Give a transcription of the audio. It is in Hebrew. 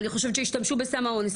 אני חושבת שהשתמשו בסם האונס,